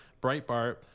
Breitbart